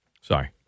Sorry